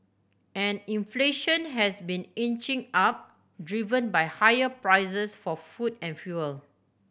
and inflation has been inching up driven by higher prices for food and fuel